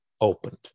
opened